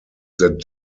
that